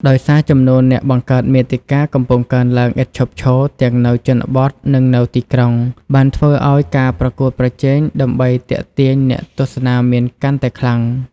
ដោយសារចំនួនអ្នកបង្កើតមាតិកាកំពុងកើនឡើងឥតឈប់ឈរទាំងនៅជនបទ និងនៅទីក្រុង បានធ្វើឲ្យការប្រកួតប្រជែងដើម្បីទាក់ទាញអ្នកទស្សនាមានកាន់តែខ្លាំង។